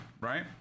right